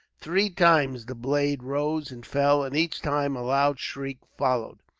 three times the blade rose and fell, and each time a loud shriek followed.